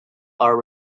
are